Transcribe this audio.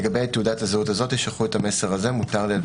לגבי תעודת הזהות הזאת ישלחו את המסר הזה - מותר.